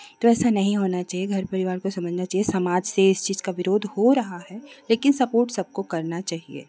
तो ऐसा नहीं होना चाहिए घर परिवार को समझना चाहिए समाज से इस चीज़ का विरोध हो रहा है लेकिन सपोर्ट सबको करना चाहिए